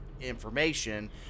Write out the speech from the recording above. information